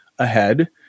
ahead